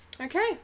Okay